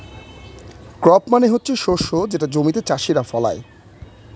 crop মানে হচ্ছে শস্য যেটা জমিতে চাষীরা ফলায়